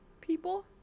People